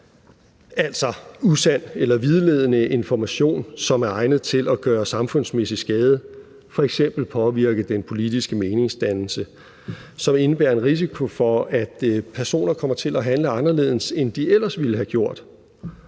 det er usand eller vildledende information, som er egnet til at gøre samfundsmæssig skade, f.eks. påvirke den politiske meningsdannelse, som indebærer en risiko for, at personer kommer til at handle anderledes, end de ellers ville have gjort,